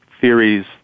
theories